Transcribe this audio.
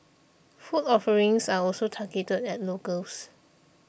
food offerings are also targeted at locals